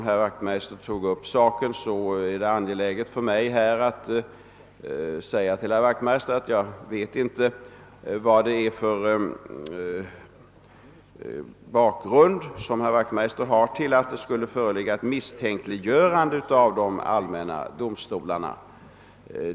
Jag vet inte vad herr Wachtmeister har för bakgrund till påståendet att det skulle bli fråga om ett »misstänkliggörande» av de allmänna domstolarna.